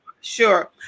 Sure